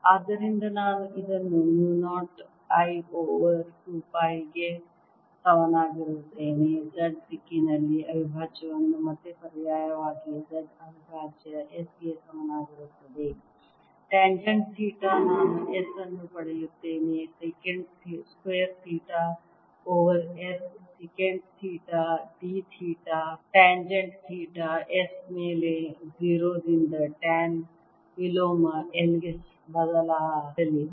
ಆದ್ದರಿಂದ ನಾನು ಇದನ್ನು ಮ್ಯೂ 0 I ಓವರ್ 2 ಪೈ 2 ಕ್ಕೆ ಸಮನಾಗಿರುತ್ತೇನೆ Z ದಿಕ್ಕಿನಲ್ಲಿ ಅವಿಭಾಜ್ಯವನ್ನು ಮತ್ತೆ ಪರ್ಯಾಯವಾಗಿ Z ಅವಿಭಾಜ್ಯ S ಗೆ ಸಮನಾಗಿರುತ್ತದೆ ಟೆನ್ಜೆಂಟ್ ಥೀಟಾ ನಾನು S ಅನ್ನು ಪಡೆಯುತ್ತೇನೆ secant square theta over S secant theta d theta tangent theta S ಮೇಲೆ 0 ರಿಂದ ಟ್ಯಾನ್ ವಿಲೋಮ L ಗೆ ಬದಲಾಗಲಿದೆ